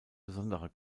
besonderer